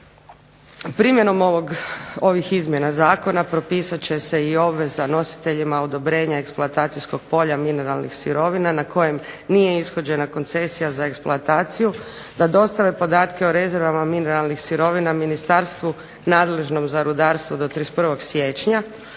Primjenom ovih izmjena zakona propisat će se i obveza nositeljima odobrenja eksploatacijskog polja mineralnih sirovina na kojem nije ishođena koncesija za eksploataciju, da dostave podatke o rezervama mineralnih sirovina ministarstvu nadležnom za rudarstvo do 31. siječnja,